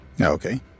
Okay